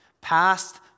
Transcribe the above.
past